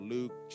Luke